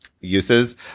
uses